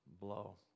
blow